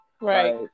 right